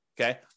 okay